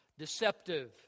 Deceptive